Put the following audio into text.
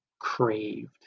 craved